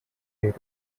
fer